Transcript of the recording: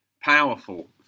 powerful